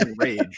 rage